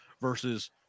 versus